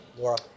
Laura